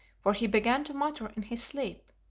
for he began to mutter in his sleep,